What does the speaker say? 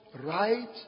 right